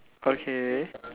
okay